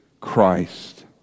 Christ